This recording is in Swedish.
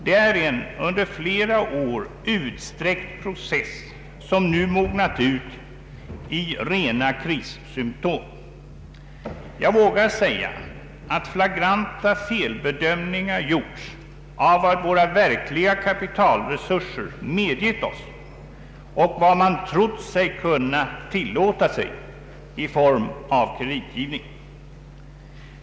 Det är en under flera år utsträckt process som nu mognat ut i rena krissymtom. Jag vågar säga att flagranta felbedömningar gjorts av vad våra verkliga kapitalresurser medgett oss och av vad man trott sig kunna tillåta sig i form av kreditgivning.